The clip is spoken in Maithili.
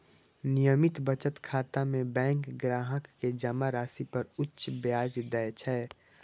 नियमित बचत खाता मे बैंक ग्राहक कें जमा राशि पर उच्च ब्याज दै छै